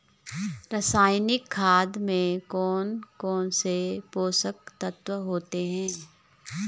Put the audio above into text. रासायनिक खाद में कौन कौन से पोषक तत्व होते हैं?